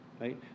right